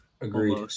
Agreed